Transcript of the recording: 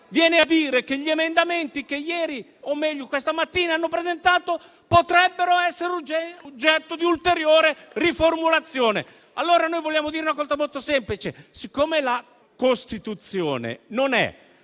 viene a dire che gli emendamenti che ieri o, meglio, questa mattina hanno presentato potrebbero essere oggetto di ulteriore riformulazione. Noi vogliamo dire una cosa molto semplice: siccome la Costituzione non è